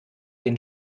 den